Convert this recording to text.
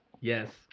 yes